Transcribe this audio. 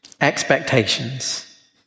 Expectations